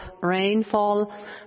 rainfall